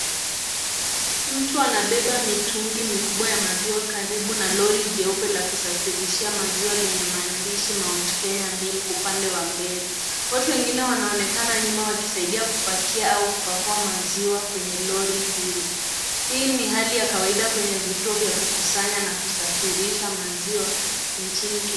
Mtu anabeba mitungi mikubwa ya maziwa karibu na lori jeupe la kusafirishia maziwa lenye maandishi Mount Kenya mlik upande wa mbele, watu wegine wanaponekana nyuma wakisaidia kupakia au kupakua maziwa kwenye lori hilo. Hii ni hali ya kawaida kwenye vituo vya kukusanya na kusafirisha maziwa nchini Kenya.